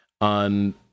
on